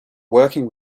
working